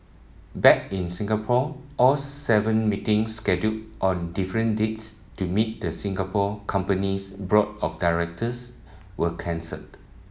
back in Singapore all seven meetings scheduled on different dates to meet the Singapore company's board of directors were cancelled